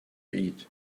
eat